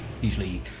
usually